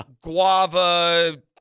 guava